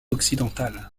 occidentale